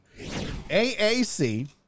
AAC